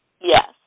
Yes